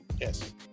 Yes